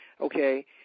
okay